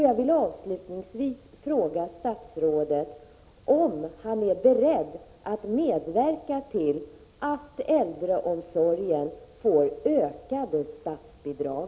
Jag vill avslutningsvis fråga statsrådet, om han är beredd att medverka till att äldreomsorgen får ökade statsbidrag.